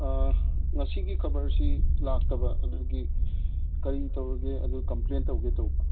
ꯉꯁꯤꯒꯤ ꯈꯕꯔꯁꯤ ꯂꯥꯛꯇꯕ ꯑꯗꯨꯒꯤ ꯀꯔꯤ ꯇꯧꯔꯒꯦ ꯑꯗꯨ ꯀꯝꯄ꯭ꯂꯦꯟ ꯇꯧꯒꯦ ꯇꯧꯕ